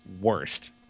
worst